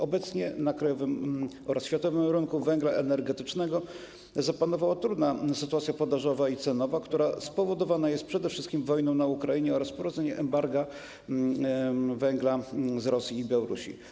Obecnie na krajowym oraz światowym rynku węgla energetycznego zapanowała trudna sytuacja podażowa i cenowa, która spowodowana jest przede wszystkim wojną na Ukrainie oraz wprowadzeniem embarga na węgiel z Rosji i Białorusi.